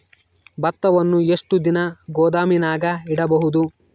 ಭತ್ತವನ್ನು ಎಷ್ಟು ದಿನ ಗೋದಾಮಿನಾಗ ಇಡಬಹುದು?